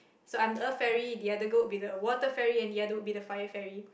so I'm the earth fairy the other girl would be the water fairy and the other would be the fire fairy